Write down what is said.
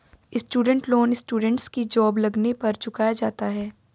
student loan students की job लगने पर चुकाया जाता है